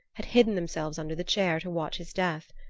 had hidden themselves under the chair to watch his death.